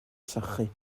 sychu